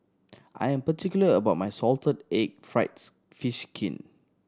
I am particular about my salted egg fried fish skin